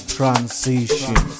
transition